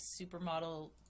supermodel